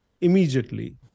immediately